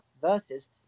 versus